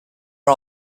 are